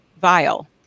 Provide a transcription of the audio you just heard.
Vile